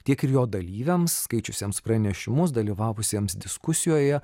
tiek ir jo dalyviams skaičiusiems pranešimus dalyvavusiems diskusijoje